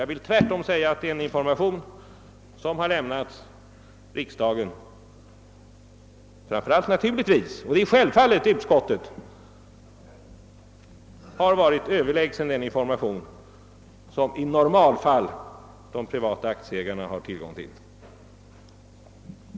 Jag vill tvärtom göra gällande att den information som lämnats riksdagen och naturligtvis då framför allt utskottet varit överlägsen den som privata aktieägare i normalfallet har tillgång till.